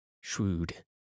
shrewd